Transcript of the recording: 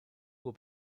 uhr